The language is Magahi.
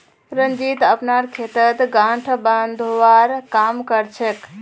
रंजीत अपनार खेतत गांठ बांधवार काम कर छेक